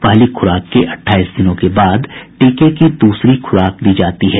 पहली खुराक के अट्ठाईस दिनों के बाद टीके की दूसरी खुराक दी जाती है